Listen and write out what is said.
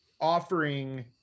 offering